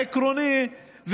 עקרוני,